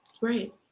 Right